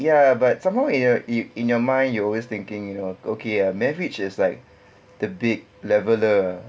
ya but somehow in in in your mind you always thinking you know okay uh marriage is like the big leveller ah